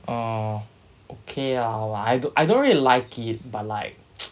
err okay ya !wah! I don't I don't really like it but like